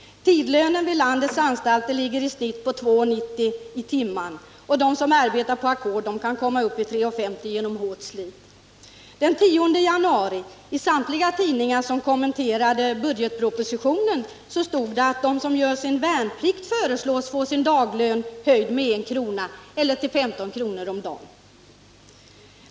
Timlönen vid landets anstalter ligger i genomsnitt på 2:90 kr. De som arbetar på ackord kan komma upp till 3:50 genom hårt slit. Den 10 januari stod det i samtliga tidningar som kommenterade budgetpropositionen att förslag lagts fram om att de som gör sin värnplikt skulle få sin daglön höjd med en krona, eller till 15 kr. om dagen.